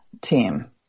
team